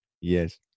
Yes